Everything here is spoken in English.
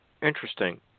Interesting